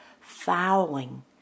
fouling